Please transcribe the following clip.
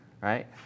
right